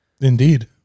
Indeed